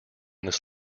this